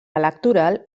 electoral